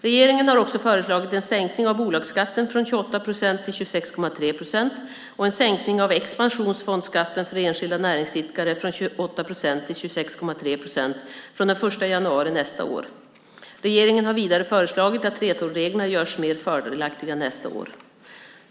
Regeringen har också föreslagit en sänkning av bolagsskatten från 28 procent till 26,3 procent och en sänkning av expansionsfondsskatten för enskilda näringsidkare från 28 procent till 26,3 procent från den 1 januari nästa år. Regeringen har vidare föreslagit att 3:12-reglerna görs mer fördelaktiga nästa år.